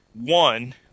One